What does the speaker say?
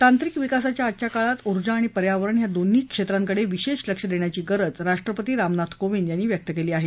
तांत्रिक विकासाच्या आजच्या काळात ऊर्जा आणि पर्यावरण या दोन्ही क्षेत्रांकडे विशेष लक्ष देण्याची गरज राष्ट्रपती रामनाथ कोविंद यांनी व्यक्त केली आहे